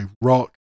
rock